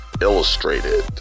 illustrated